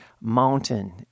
mountain